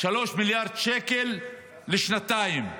3 מיליארד שקל לשנתיים.